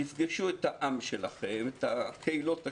תפגשו את העם שלכם, את הקהילות שלכם,